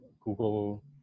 Google